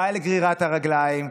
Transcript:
די לגרירת הרגליים,